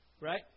right